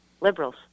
Liberals